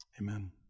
Amen